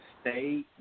Stay